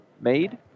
made